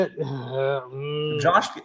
Josh